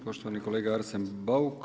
Poštovani kolega Arsen Bauk.